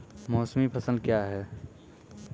मौसमी फसल क्या हैं?